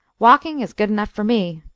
walking is good enough for me.